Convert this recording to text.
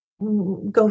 go